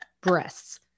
breasts